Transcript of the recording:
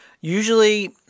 usually